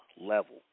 level